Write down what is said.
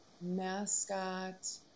mascot